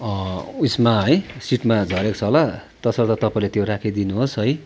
उसमा है सिटमा झरेको छ होला त्यसर्थ तपाईँले त्यो राखिदिनु होस् है